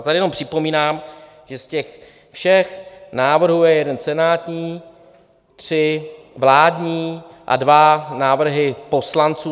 Tady jenom připomínám, že z těch všech návrhů je jeden senátní, tři vládní a dva návrhy poslanců.